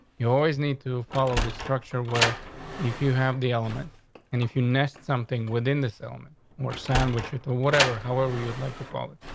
you always need to follow the structure where if you have the element and if you mess something within this element or sandwiches or whatever. however you'd like to call it,